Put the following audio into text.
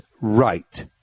right